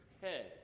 head